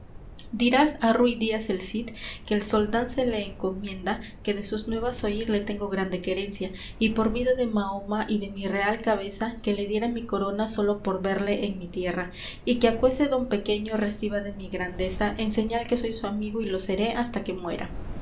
dirás á rúy díaz el cid que el soldán se le encomienda que de sus nuevas oir le tengo grande querencia y por vida de mahoma y de mi real cabeza que le diera mi corona sólo por verle en mi tierra y que aquese dón pequeño reciba de mi grandeza en señal que soy su amigo y lo seré hasta que muera